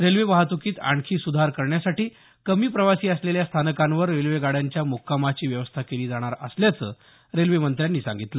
railway वाहतुकीत आणखी सुधार करण्यासाठी कमी प्रवासी असलेल्या स्थानकांवर रेल्वेगाड्यांच्या मुक्कामाची व्यवस्था केली जाणार असल्याच रेल्वेमंत्र्यांनी सांगितलं